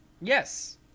Yes